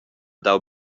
dau